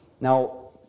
Now